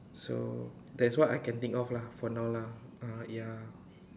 so that is what I can think of lah for now lah ah ya